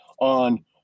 on